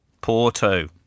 Porto